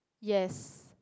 yes